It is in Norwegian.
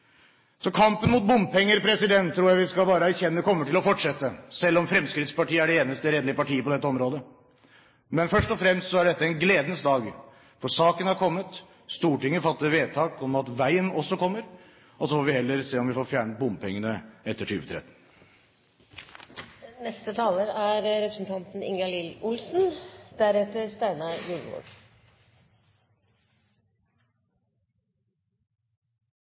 Så kampen mot bompenger tror jeg vi bare skal erkjenne kommer til å fortsette, selv om Fremskrittspartiet er det eneste redelige partiet på dette området. Men først og fremst er dette en gledens dag, for saken har kommet. Stortinget fatter vedtak om at veien også kommer. Så får vi heller se om vi får fjernet bompengene etter 2013. 40 års kamp for en ny og forbedret veg inn til Finnmark er